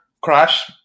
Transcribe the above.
crash